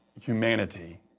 humanity